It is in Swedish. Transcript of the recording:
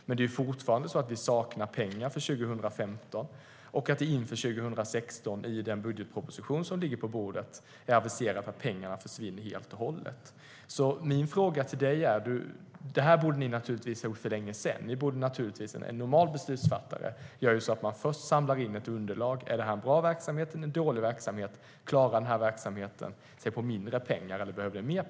Men det saknas fortfarande pengar för 2015, och inför 2016 är det i den budgetproposition som ligger på bordet aviserat att pengarna försvinner helt och hållet. Konsekvensbeskrivningen borde ni ha gjort för länge sedan. En normal beslutsfattare samlar först in ett underlag avseende om det är en bra eller dålig verksamhet och om verksamheten klarar sig med mindre pengar eller mer.